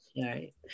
Right